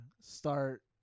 start